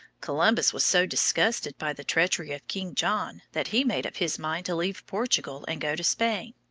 columbus was so disgusted by the treachery of king john that he made up his mind to leave portugal and go to spain.